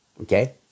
okay